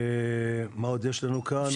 עוד יש לנו כאן?